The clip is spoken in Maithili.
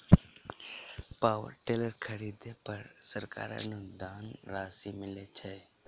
पावर टेलर खरीदे पर सरकारी अनुदान राशि मिलय छैय?